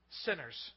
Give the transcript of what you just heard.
sinners